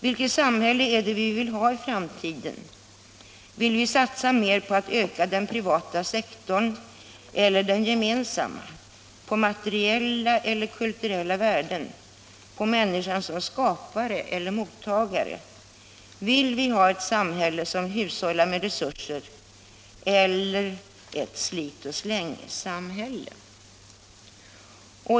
Vilket samhälle vill vi ha i framtiden? Vill vi satsa mer på att öka den privata sektorn eller den gemensamma, på materiella eller kulturella värden, på människan såsom skapare eller mottagare? Vill vi ha ett samhälle som hushållar med resurser eller ett slitoch-släng-samhälle?